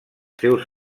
seus